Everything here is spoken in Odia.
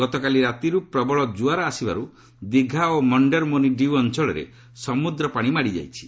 ଗତକାଲି ରାତିରୁ ପ୍ରବଳ କୁଆର ଆସିବାରୁ ଦିଘା ଓ ମଣ୍ଡେର୍ମୋନିଡିଉ ଅଞ୍ଚଳରେ ସମୁଦ୍ର ପାଣି ମାଡ଼ିଯାଇଛି